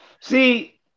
See